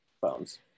phones